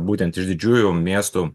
būtent iš didžiųjų miestų